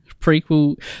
prequel